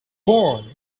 born